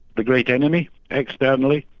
the great enemy externally.